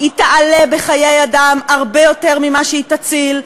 היא תעלה בחיי אדם הרבה יותר ממה שהיא תציל.